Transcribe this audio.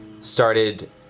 started